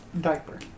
diaper